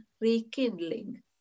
rekindling